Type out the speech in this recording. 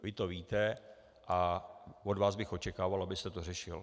Vy to víte a od vás bych očekával, abyste to řešil.